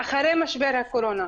אחרי משבר הקורונה.